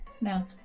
No